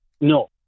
No